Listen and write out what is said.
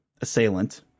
assailant